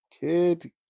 kid